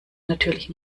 natürlich